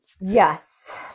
Yes